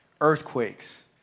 earthquakes